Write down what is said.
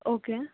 okay